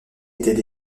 était